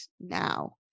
now